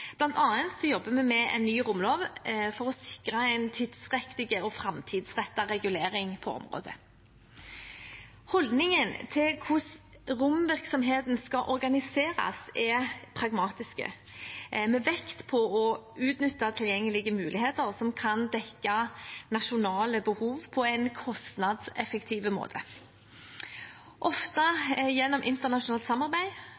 jobber vi med en ny romlov for å sikre en tidsriktig og framtidsrettet regulering på området. Holdningen til hvordan romvirksomheten skal organiseres, er pragmatisk, med vekt på å utnytte tilgjengelige muligheter som kan dekke nasjonale behov på en kostnadseffektiv måte, ofte gjennom internasjonalt samarbeid,